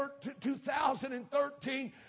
2013